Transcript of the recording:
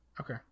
okay